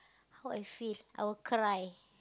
how I feel I will cry